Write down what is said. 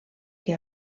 que